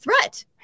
threat